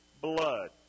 blood